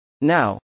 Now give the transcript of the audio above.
Now